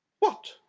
what!